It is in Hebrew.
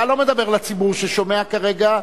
אתה לא מדבר לציבור ששומע כרגע,